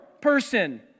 person